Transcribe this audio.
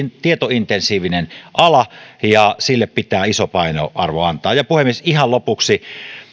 tietointensiivinen ala ja sille pitää antaa iso painoarvo puhemies ihan lopuksi